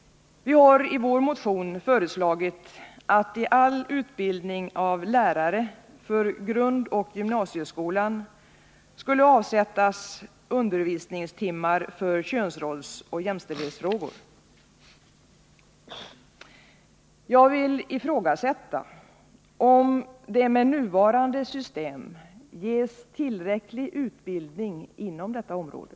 Vi har i vår motion föreslagit att i all utbildning av lärare för grundoch gymnasieskolan skulle avsättas undervisningstimmar för könsrollsoch jämställdhetsfrågor. Jag vill ifrågasätta om det med nuvarande system ges tillräcklig utbildning inom detta område.